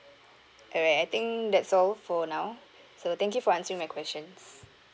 alright I think that's all for now so thank you for answering my questions